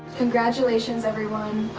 congratulations, everyone.